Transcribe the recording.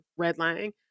redlining